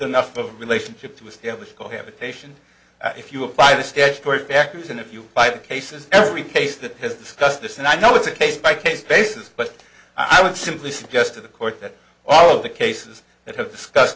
enough of a relationship to establish cohabitation if you apply the statutory factors and if you buy the cases every case that has discussed this and i know it's a case by case basis but i would simply suggest to the court that all of the cases that have discussed